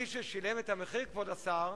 מי ששילמו את המחיר, כבוד השר,